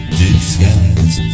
disguise